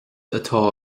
atá